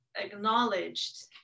acknowledged